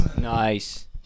Nice